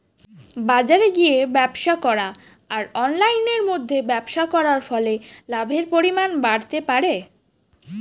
বাজারে গিয়ে ব্যবসা করা আর অনলাইনের মধ্যে ব্যবসা করার ফলে লাভের পরিমাণ বাড়তে পারে?